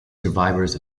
survivors